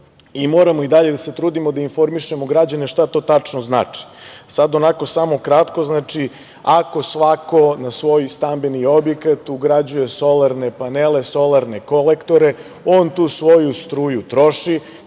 i moramo i dalje da se trudimo da informišemo građane šta to tačno znači. Sad onako samo kratko, znači, ako svako na svoj stambeni objekat ugrađuje solarne panele, solarne kolektore, on tu svoju struju troši.